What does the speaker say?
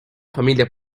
familia